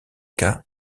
cas